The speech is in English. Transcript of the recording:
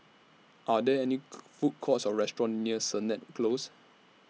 Are There any Food Courts Or restaurants near Sennett Close